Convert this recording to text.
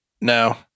No